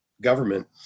government